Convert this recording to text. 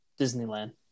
Disneyland